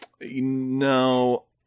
No